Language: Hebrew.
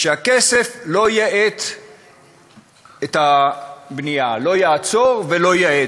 שהכסף לא יאט את הבנייה, לא יעצור ולא יאט.